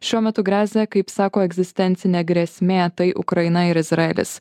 šiuo metu gresia kaip sako egzistencinė grėsmė tai ukraina ir izraelis